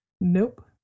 Nope